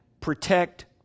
protect